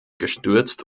gestürzt